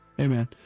Amen